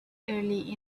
early